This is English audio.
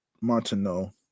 Montano